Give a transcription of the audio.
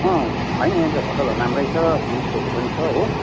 अँ होइन यहाँनिर होटेलहरू राम्रै छ होमस्टेहरू पनि छ हो